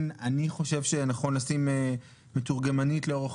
אני חושב שנכון לשים מתורגמן לשפת סימנים לאורך